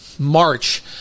March